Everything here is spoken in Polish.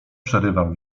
przerywam